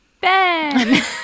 Ben